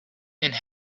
and